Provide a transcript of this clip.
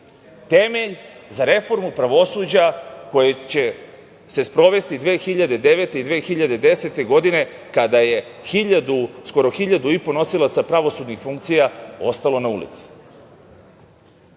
temelj za reformu pravosuđa koje će se sprovesti 2009. i 2010. godine kada je skoro 1.500 nosilaca pravosudnih funkcija ostalo na ulici. Ono